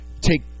Take